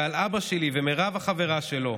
ועל אבא שלי ומירב החברה שלו,